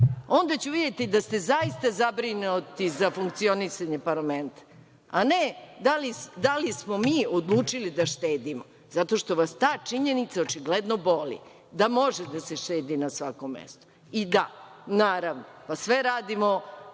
Onda ću videti da ste zaista zabrinuti za funkcionisanje parlamenta, a ne da li smo mi odlučili da štedimo, zato što vas ta činjenica očigledno boli, da može da se štedi na svakom mestu.I da, naravno, sve radimo